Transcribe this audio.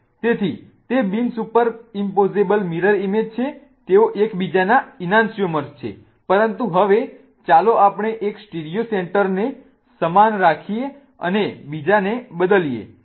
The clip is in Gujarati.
તેથી તે બિન સુપર ઇમ્પોઝેબલ મિરર ઇમેજ છે તેઓ એકબીજાના ઈનાન્સ્યિઓમર્સ છે પરંતુ હવે ચાલો આપણે એક સ્ટીરિયો સેન્ટરને સમાન રાખીએ અને બીજાને બદલીએ